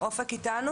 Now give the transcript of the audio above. היי אופק.